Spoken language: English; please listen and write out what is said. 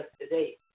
today